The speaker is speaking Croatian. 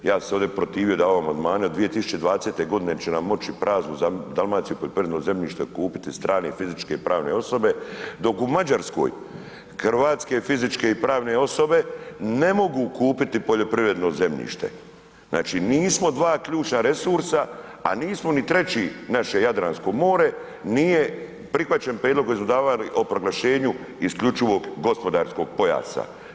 Ja sam se ovdje protivio, davao amandmane, od 2020. će nam mogći praznu Dalmaciju, poljoprivredno zemljište kupiti strane fizičke i pravne osobe dok u Mađarskoj hrvatske fizičke i pravne osobe ne mogu kupiti poljoprivredno zemljište, znači nismo dva ključna resursa a nismo ni treći, naše Jadransko more, nije prihvaćen prijedlog koji smo davali o proglašenju isključivog gospodarskog pojasa.